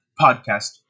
podcast